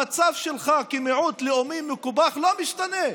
המצב שלך כמיעוט לאומי מקופח לא משתנה.